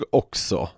också